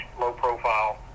low-profile